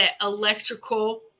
electrical